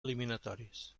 eliminatoris